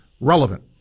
relevant